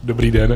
Dobrý den.